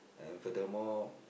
and furthermore